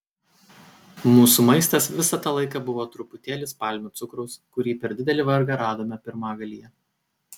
mūsų maistas visą tą laiką buvo truputėlis palmių cukraus kurį per didelį vargą radome pirmagalyje